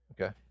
Okay